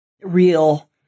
real